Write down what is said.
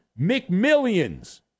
McMillions